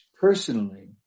personally